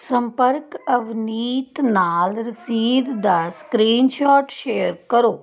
ਸੰਪਰਕ ਅਵਨੀਤ ਨਾਲ ਰਸੀਦ ਦਾ ਸਕ੍ਰੀਨਸ਼ੋਟ ਸ਼ੇਅਰ ਕਰੋ